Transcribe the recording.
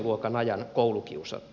luokan ajan koulukiusattu